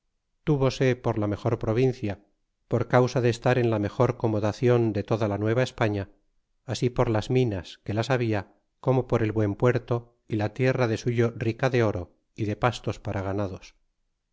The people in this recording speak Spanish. túvose por la mejor provincia por causa de estar en la mejor conmodacion de toda la nueva españa así por las minas que las habla como por el buen puerto y la tierra de suyo rica de oro y de pastos para ganados